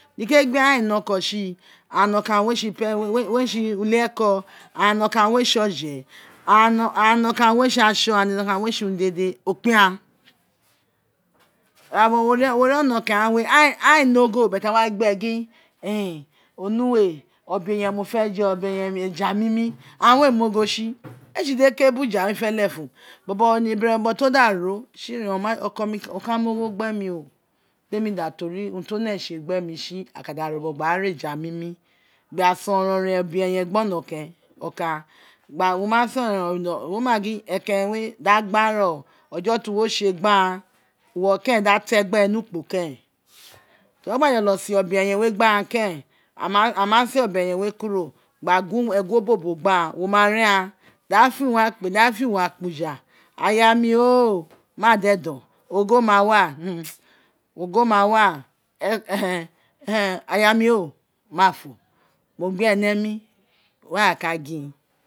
Niko gbe aghan ee ne oko tri aghan nakan re tse tse ulikeko aghan nokan re tse oje aghan no kan re tse atsi aghan no kan re tse urun dede o koin aghan ira bobo wo ri olokeren ghan we aghan ee ne agho but aghan wa gin gbe re gin onuul obe eyen mo fe je obe eyen eja nimi and we mu ogho tsi ee tse gin oke biri una re fe lefun bobo to da ra tsi ren oko mi do ta mo gho gbe mi o demi da tori urun to da tsi ren oko mi do ta mo to da tse gbe mi tsi aghan ka da re obon gba ra ra eja mini gba se ormaron obo eyen gbe se oronron wo ma gin ekeren we da gban ren o ojo ti wo tse gbag6uwo keren da te ni ukpo keren ti wo gba jolo se obe eyen we gbe aghan keren a ma se obe eyen we kuro gba gun obobo gba ghan wo ma aghan da fi uwo akpuja aya mi o ma da edon ogho ma wa ogho ma wa ogho ma wa ogho ma wa mo gbie ni emi were aghan ka gin